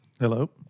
Hello